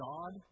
God